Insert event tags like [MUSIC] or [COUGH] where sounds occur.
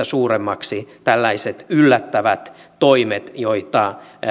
[UNINTELLIGIBLE] suuremmiksi tällaiset yllättävät toimet joita